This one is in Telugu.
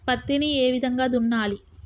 పత్తిని ఏ విధంగా దున్నాలి?